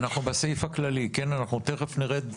אנחנו בסעיף הכללי, תכף נרד סעיף, סעיף.